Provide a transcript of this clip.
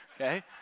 Okay